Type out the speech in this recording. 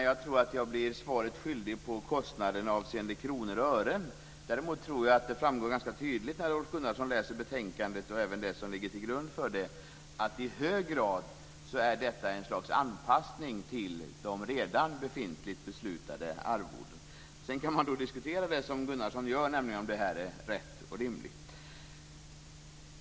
Fru talman! Jag blir svaret skyldig på frågan om kostnaden avseende kronor och ören. Däremot tror jag att det framgår ganska tydligt, när Rolf Gunnarsson läser betänkandet och även det som ligger till grund för det, att detta i hög grad är ett slags anpassning till de befintliga, redan beslutade arvodena. Sedan kan man diskutera, som Gunnarsson gör, om det är rätt och rimligt.